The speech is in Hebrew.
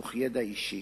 מתוך ידע אישי.